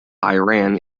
iran